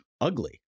ugly